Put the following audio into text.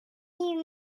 new